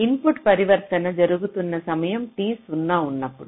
input పరివర్తన జరుగుతున్న సమయం T 0 ఉన్నప్పుడు